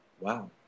Wow